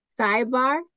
Sidebar